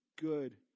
good